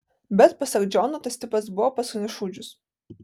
bet pasak džono tas tipas buvo paskutinis šūdžius